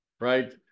right